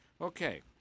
Okay